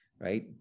right